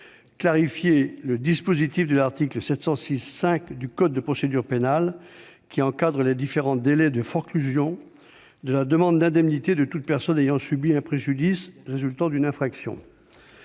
clarifier le dispositif de l'article 706-5 du code de procédure pénale, qui encadre les différents délais de forclusion de la demande d'indemnité de toute personne ayant subi un préjudice résultant d'une infraction.